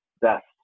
best